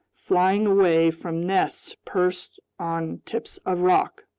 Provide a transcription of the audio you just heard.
flying away from nests perched on tips of rock.